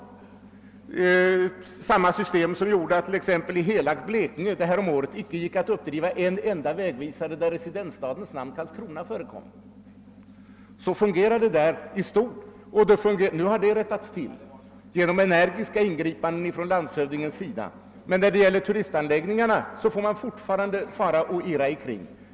Det är samma system som gjort att det häromåret i Blekinge icke gick att finna en enda vägvisare där residensstadens namn — Karlskrona — förekom. Detta har nu rättats till genom energiska ingripanden från landshövdingens sida. Men när det gäller turistanläggningarna får man fortfarande irra omkring.